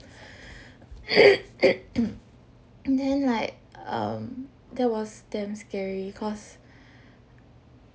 and then like um that was damn scary cause